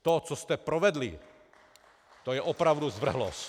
To, co jste provedli, to je opravdu zvrhlost.